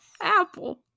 Apple